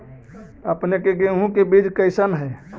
अपने के गेहूं के बीज कैसन है?